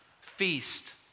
feast